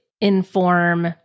inform